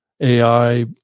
AI